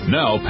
Now